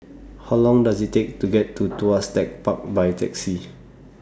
How Long Does IT Take to get to Tuas Tech Park By Taxi